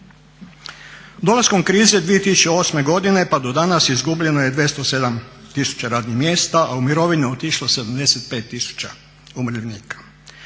Dolaskom krize 2008. godine pa do danas izgubljeno je 207000 radnih mjesta, a u mirovinu je otišlo 75000 umirovljenika.